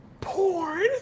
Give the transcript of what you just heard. Porn